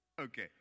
Okay